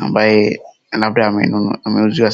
ambaye labda ameuziwa.